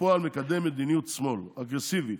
ובפועל מקדם מדיניות שמאל אגרסיבית.